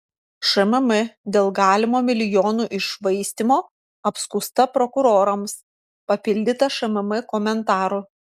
šmm dėl galimo milijonų iššvaistymo apskųsta prokurorams papildyta šmm komentaru